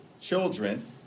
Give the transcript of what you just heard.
children